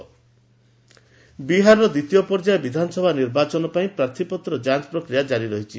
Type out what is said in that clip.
Bihar election ବିହାରର ଦ୍ୱିତୀୟ ପର୍ଯ୍ୟାୟ ବିଧାନସଭା ନିର୍ବାଚନ ପାଇଁ ପ୍ରାର୍ଥୀପତ୍ର ଯାଞ୍ଚ ପ୍ରକ୍ରିୟା ଜାରି ରହିଛି